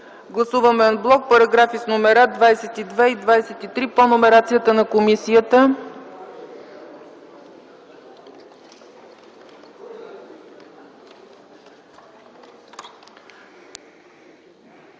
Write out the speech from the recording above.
Гласуваме ан блок параграфи с номера 22 и 23 по номерацията на комисията.